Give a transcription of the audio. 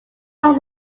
holds